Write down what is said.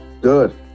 Good